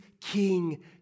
King